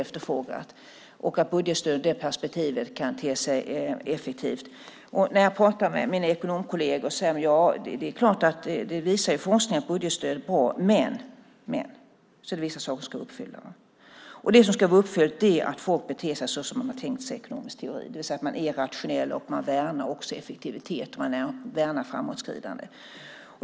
I det perspektivet kan budgetstöd te sig effektivt. När jag pratar med mina ekonomkolleger säger de att forskning visar att budgetstöd är bra men att det är vissa kriterier som ska uppfyllas. Det som ska vara uppfyllt är att folk beter sig så som man har tänkt sig i ekonomisk teori, det vill säga att de är rationella och värnar effektivitet och framåtskridande.